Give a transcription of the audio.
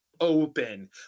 open